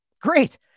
Great